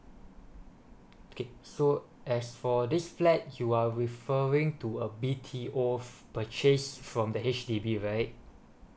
okay so as for this flat you are referring to a B_T_O purchase from the H_D_B right